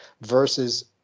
versus